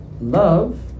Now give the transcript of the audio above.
Love